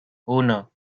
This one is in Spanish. uno